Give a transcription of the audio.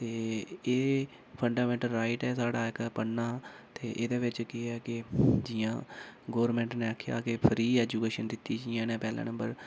ते एह् fundamental right ऐ साढ़ा इक पढ़ना ते एह्दे बिच केह् ऐ कि जि'यां गौरमेंट ने आखेआ कि फ्री एजुकेशन दित्ती जि'यां इ'नें पैह्ले नंबर